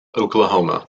oklahoma